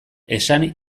esan